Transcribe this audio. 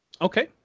Okay